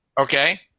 Okay